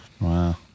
Wow